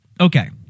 okay